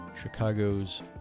Chicago's